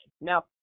Now